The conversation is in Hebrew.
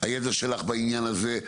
שהידע שלך בעניין הזה,